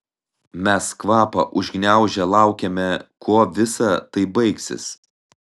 mes kvapą užgniaužę laukėme kuo visa tai baigsis